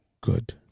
good